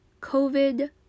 COVID